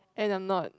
and I'm not